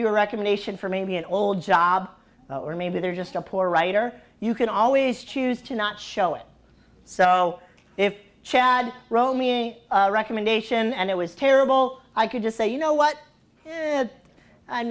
you a recommendation for maybe an old job or maybe they're just a poor writer you can always choose to not show it so if chad wrote me recommendation and it was terrible i could just say you know what i'm